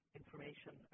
information